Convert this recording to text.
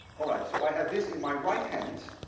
all right. so i have this in my right hand.